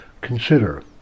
Consider